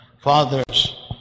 Fathers